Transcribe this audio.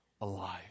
alive